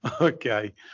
Okay